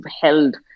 held